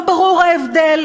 לא ברור ההבדל